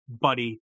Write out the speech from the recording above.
buddy